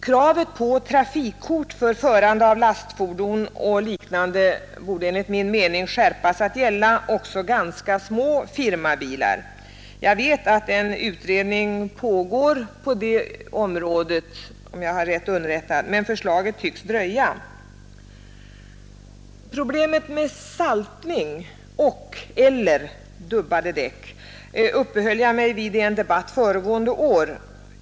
Kravet på trafikkort för förande av lastfordon och liknande borde enligt min uppfattning skärpas att gälla också ganska små firmabilar. Om jag är riktigt underrättad pågår en utredning, men förslaget tycks dröja. Problemet med saltning och/eller dubbade däck uppehöll jag mig vid under en debatt föregående år.